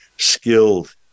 skilled